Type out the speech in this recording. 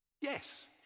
Yes